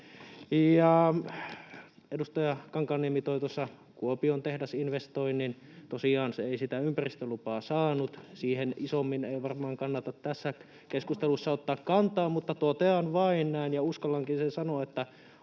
Edustaja Kankaanniemi toi tuossa Kuopion tehdasinvestoinnin. Tosiaan se ei sitä ympäristölupaa saanut. Siihen isommin ei varmaan kannata tässä keskustelussa ottaa kantaa, [Toimi Kankaanniemi: Kannattaa!] mutta totean vain näin ja uskallankin sen sanoa, että